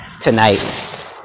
tonight